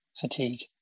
fatigue